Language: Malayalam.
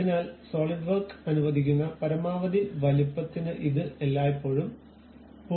അതിനാൽ സോളിഡ് വർക്ക് അനുവദിക്കുന്ന പരമാവധി വലുപ്പത്തിന് ഇത് എല്ലായ്പ്പോഴും 0 ആണ്